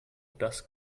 das